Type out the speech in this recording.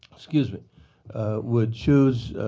excuse me would choose